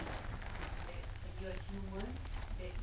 tukar mindset